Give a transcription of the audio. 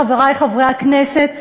חברי חברי הכנסת,